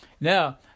Now